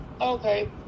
okay